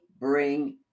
bring